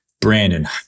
Brandon